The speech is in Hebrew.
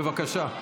בבקשה.